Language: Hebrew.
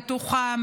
בטוחה,